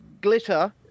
Glitter